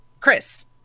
Chris